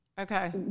Okay